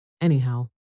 Anyhow